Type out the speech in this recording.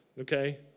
okay